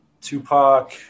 Tupac